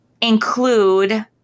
include